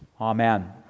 Amen